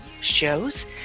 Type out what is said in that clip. shows